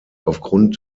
aufgrund